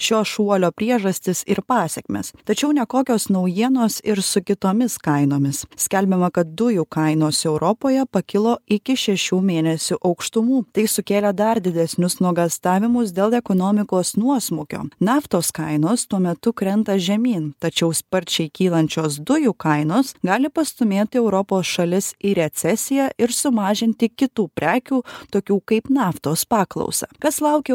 šio šuolio priežastys ir pasekmės tačiau nekokios naujienos ir su kitomis kainomis skelbiama kad dujų kainos europoje pakilo iki šešių mėnesių aukštumų tai sukėlė dar didesnius nuogąstavimus dėl ekonomikos nuosmukio naftos kainos tuo metu krenta žemyn tačiau sparčiai kylančios dujų kainos gali pastūmėti europos šalis į recesiją ir sumažinti kitų prekių tokių kaip naftos paklausą kas laukia